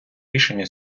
рішення